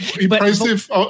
impressive